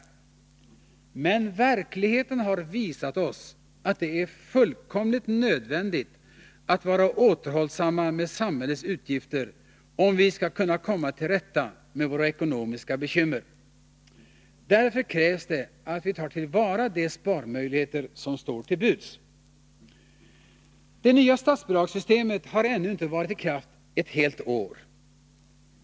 Men verkligheten har visat oss att det är nödvändigt att vara återhållsamma med samhällets utgifter, om vi skall kunna komma till rätta med våra ekonomiska bekymmer. Därför krävs det att vi tar till vara de sparmöjligheter som står till buds. Det nya statsbidragssystemet har ännu inte varit i kraft ett helt år.